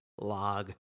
log